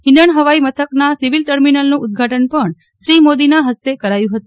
હિંડન હવાઈ મથકના સિવિલ ટર્મિનલનું ઉદઘાટન પણ શ્રી મોદીના હસ્તે કરાયું હતું